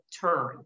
turn